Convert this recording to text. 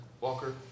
Walker